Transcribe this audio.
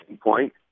point